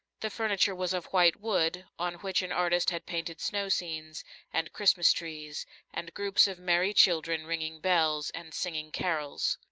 the furniture was of white wood, on which an artist had painted snow scenes and christmas trees and groups of merry children ringing bells and singing carols.